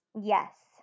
Yes